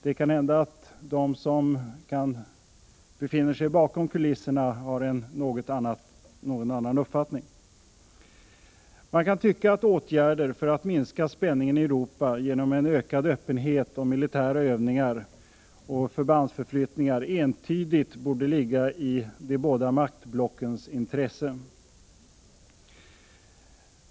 Det kan hända att de som befinner sig bakom kulisserna har en något annan uppfattning. Man kan tycka att åtgärder för att minska spänningen i Europa genom en ökad öppenhet i fråga om militära övningar och förbandsflyttningar entydigt borde ligga i de båda maktblockens intresse.